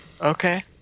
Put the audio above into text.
Okay